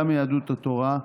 גם מיהדות התורה,